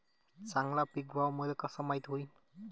चांगला पीक भाव मले कसा माइत होईन?